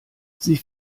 sie